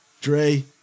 dre